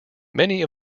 many